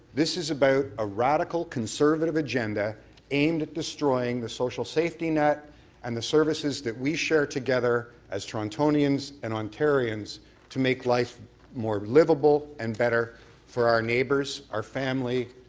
this is about ah radical conservative agenda aimed at destroying the social safety net and the services that we share together as torontonians and ontarians to make life liveable and better for our neighbors, our family,